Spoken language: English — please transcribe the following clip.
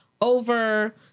over